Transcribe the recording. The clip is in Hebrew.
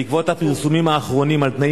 בעקבות הפרסומים האחרונים על תנאים